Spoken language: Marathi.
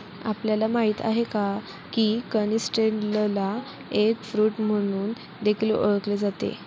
आपल्याला माहित आहे का? की कनिस्टेलला एग फ्रूट म्हणून देखील ओळखले जाते